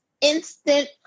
instant